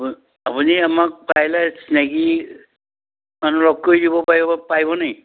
আপুনি আমাক পাৰিলে চিনাকী মানুহ লগ কৰি দিব পাৰিব নেকি